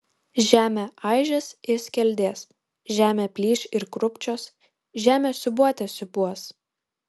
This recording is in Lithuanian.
žemė aižės ir skeldės žemė plyš ir krūpčios žemė siūbuote siūbuos